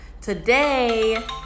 today